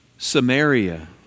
Samaria